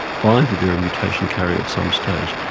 find that they are a mutation carrier at some stage,